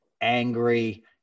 angry